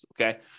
okay